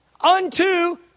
Unto